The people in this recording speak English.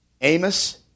Amos